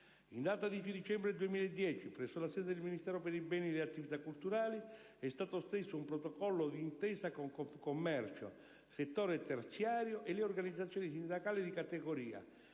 In data 10 dicembre 2010, presso la sede del Ministero per i beni e le attività culturali, è stato steso un protocollo d'intesa con Confcommercio settore terziario e le organizzazioni sindacali di categoria,